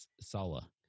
Sala